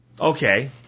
Okay